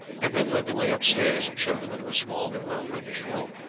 and then led the way upstairs and showed them into a small but well-furnished room,